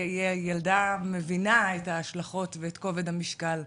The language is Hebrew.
ילדה מבינה את ההשלכות ואת כובד המשקל.